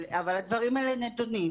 אבל הדברים האלה נדונים.